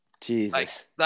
Jesus